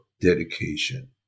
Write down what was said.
dedication